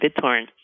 BitTorrent